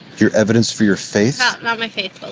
your evidence for your faith? ah not my faith